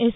S